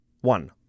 one